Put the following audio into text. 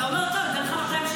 אתה אומר: טוב, אני אתן לך 200 שקל.